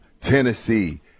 Tennessee